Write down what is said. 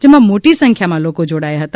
જેમાં મોટી સંખ્યામાં લોક જોડાયા હતા